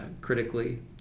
critically